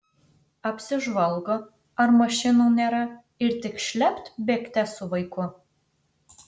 apsižvalgo ar mašinų nėra ir tik šlept bėgte su vaiku